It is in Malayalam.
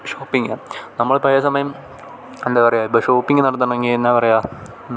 ഷോപ്പിങ് നമ്മള് പല സമയം എന്താണ് പറയുക ഇപ്പോള് ഷോപ്പിങ് നടത്തണമെങ്കില് എന്താണ് പറയുക